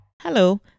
Hello